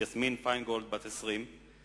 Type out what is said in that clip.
יסמין פיינגולד, בת 20,